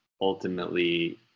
ultimately